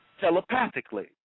telepathically